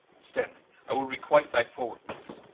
stanley, i will requite thy forwardnesse